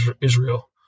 Israel